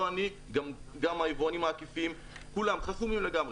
לא אני, גם היבואנים העקיפים, כולם חסומים לגמרי.